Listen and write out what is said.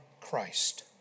Christ